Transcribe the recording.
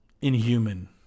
inhuman